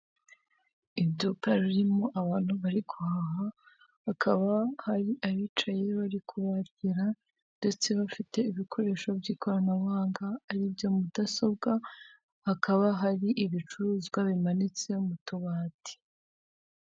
Iduka ririmo abantu bari guhaha hkaba hari bakaba hari abicaye bari kubandikira ndetse bafite ibikoresho by'ikoranabuhanga aribyo mudasobwa, hakaba hari ibicuruzwa bimanitse mu tubati.